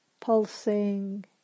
pulsing